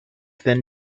then